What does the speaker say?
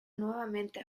nuevamente